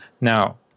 Now